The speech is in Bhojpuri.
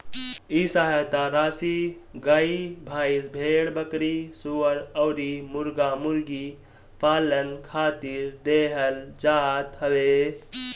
इ सहायता राशी गाई, भईस, भेड़, बकरी, सूअर अउरी मुर्गा मुर्गी पालन खातिर देहल जात हवे